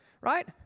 right